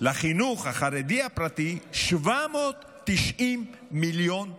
לחינוך החרדי הפרטי 790 מיליון ש"ח.